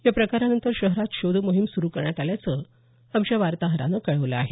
या प्रकारानंतर शहरात शोधमोहीम सुरु करण्यात आल्याचं आमच्या वार्ताहरानं कळवलं आहे